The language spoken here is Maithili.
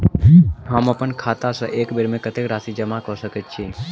हम अप्पन खाता सँ एक बेर मे कत्तेक राशि जमा कऽ सकैत छी?